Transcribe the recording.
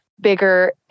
bigger